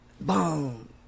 boom